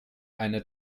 eine